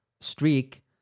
streak